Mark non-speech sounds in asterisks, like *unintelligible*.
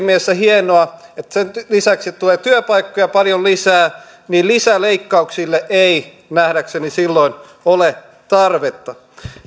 *unintelligible* mielessä hienoa että sen lisäksi tulee työpaikkoja paljon lisää ja lisäleikkauksille ei nähdäkseni silloin ole tarvetta